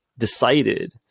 decided